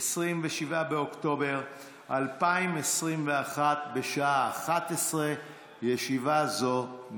27 באוקטובר 2021, בשעה 11:00.